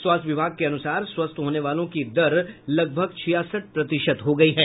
स्वास्थ्य विभाग के अनुसार स्वस्थ होने वालों की दर लगभग छियासठ प्रतिशत हो गयी है